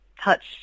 touch